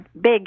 big